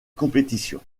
compétition